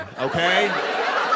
okay